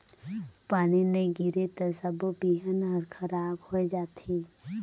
पानी नई गिरे त सबो बिहन हर खराब होए जथे